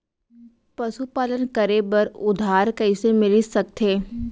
पशुपालन करे बर उधार कइसे मिलिस सकथे?